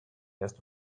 asked